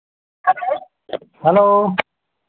hello